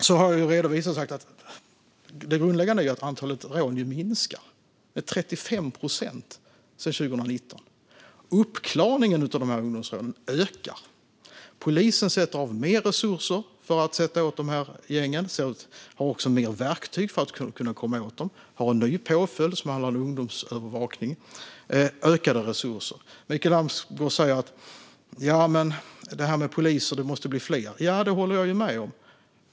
Jag har redovisat att det grundläggande är att antalet rån har minskat med 35 procent sedan 2019. Uppklaringen av de här ungdomsrånen ökar. Polisen sätter av mer resurser för att sätta åt de här gängen och har också fler verktyg för att kunna komma åt dem. Vi har en ny påföljd som handlar om ungdomsövervakning och ökade resurser. Mikael Damsgaard säger att det måste bli fler poliser. Ja, det håller jag med om.